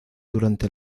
durante